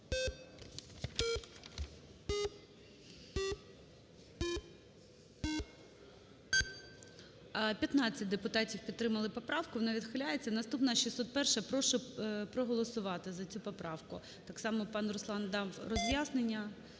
15 депутатів підтримали поправку, вона відхиляється. Наступна 601-а, прошу проголосувати за цю поправку. Так само пан Руслан дав роз'яснення,